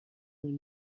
اون